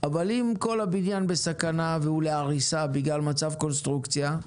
אבל אם כל הבניין בסכנה והוא להריסה בגלל מצב קונסטרוקציה,